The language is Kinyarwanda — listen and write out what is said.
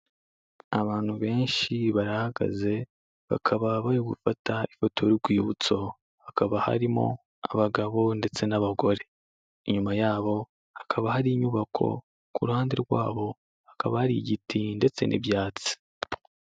Abantu benshi barahagaze, bakaba bari gufata ifoto y'urwibutso, hakaba harimo abagabo ndetse n'abagore, inyuma yabo hakaba hari inyubako, ku ruhande rwabo hakaba hari igiti ndetse n'ibyatsi.